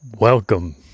Welcome